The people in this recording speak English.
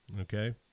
okay